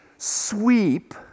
sweep